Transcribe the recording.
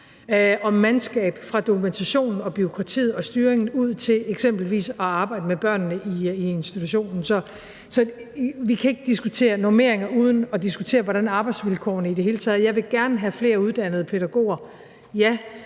og mandskab fra dokumentation, bureaukrati og styring til eksempelvis arbejdet med børnene i institutionen. Så vi kan ikke diskutere normeringer uden at diskutere, hvordan arbejdsvilkårene i det hele taget er. Jeg vil gerne have flere uddannede pædagoger, ja,